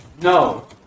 No